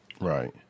Right